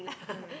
mm